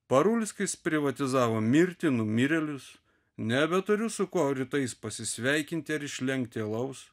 parulskis privatizavo mirtį numirėlius nebeturiu su kuo rytais pasisveikinti ir išlenkti alaus